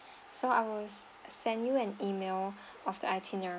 so I will send you an email of the itinerary